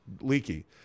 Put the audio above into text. leaky